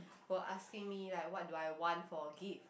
were asking me like what do I want for gift